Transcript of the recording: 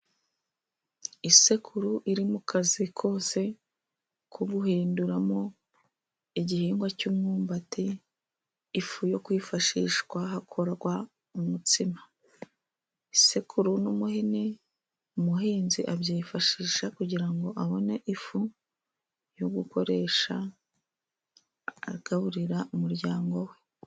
Isekuru iri mu kazi kose ko guhinduramo igihingwa cy'umwumbati, ifu yo kwifashishwa hakorwa umutsima. Isekuru n'umuhini umuhinzi abyifashisha kugira ngo abone ifu, yo gukoresha agaburira umuryango we.